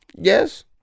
yes